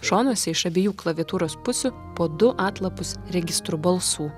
šonuose iš abiejų klaviatūros pusių po du atlapus registrų balsų